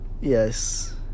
yes